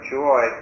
joy